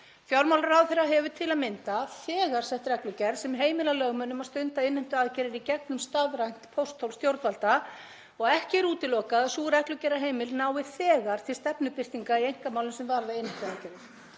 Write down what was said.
Fjármálaráðherra hefur til að mynda þegar sett reglugerð sem heimilar lögmönnum að stunda innheimtuaðgerðir í gegnum stafrænt pósthólf stjórnvalda og ekki er útilokað að sú reglugerðarheimild nái þegar til stefnubirtinga í einkamálum sem varða innheimtuaðgerðir.